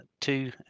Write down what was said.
two